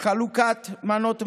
חלוקת מנות מזון,